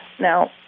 now